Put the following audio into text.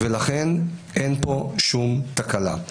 ולכן, אין פה שום תקלה.